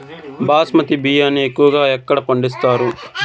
బాస్మతి బియ్యాన్ని ఎక్కువగా ఎక్కడ పండిస్తారు?